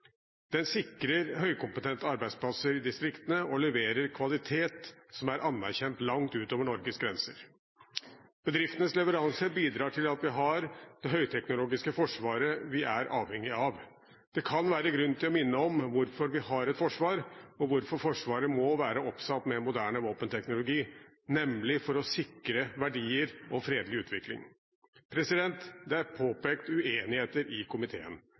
Den sikrer høykompetente arbeidsplasser i distriktene og leverer kvalitet som er anerkjent langt utover Norges grenser. Bedriftenes leveranser bidrar til at vi har det høyteknologiske forsvaret vi er avhengig av. Det kan være grunn til å minne om hvorfor vi har et forsvar, og hvorfor Forsvaret må være oppsatt med moderne våpenteknologi, nemlig for å sikre verdier og fredelig utvikling. Det er påpekt uenigheter i komiteen.